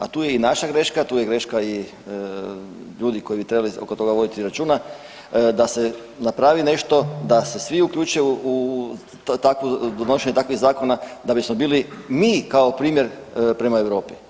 A tu je i naša greška, tu je greška i ljudi koji bi trebali oko toga voditi računa da se napravi nešto da se svi uključe u donošenje takvih zakona da bismo bili mi kao primjer prema Europi.